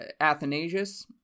Athanasius